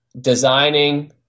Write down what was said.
designing